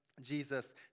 Jesus